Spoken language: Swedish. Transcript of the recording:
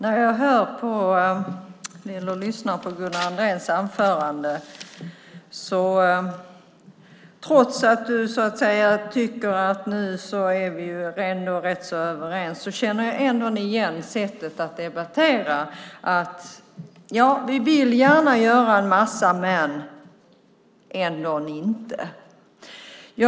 Fru talman! När jag lyssnar på Gunnar Andréns anförande känner jag ändå igen sättet att debattera, trots att han tycker att vi nu är rätt så överens. Man vill gärna göra en massa saker men ändå inte.